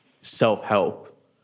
self-help